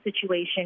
situation